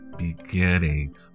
Beginning